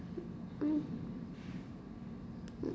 mm